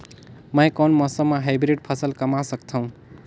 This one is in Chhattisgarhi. मै कोन मौसम म हाईब्रिड फसल कमा सकथव?